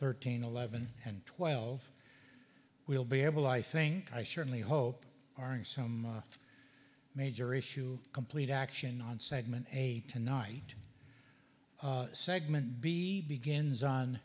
thirteen eleven and twelve we'll be able i think i certainly hope are in some major issue complete action on segment a tonight segment b begins on